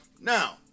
Now